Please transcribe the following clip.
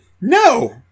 No